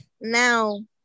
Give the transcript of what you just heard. now